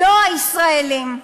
לא הישראלים.